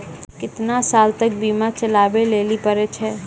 केतना साल तक बीमा चलाबै लेली पड़ै छै?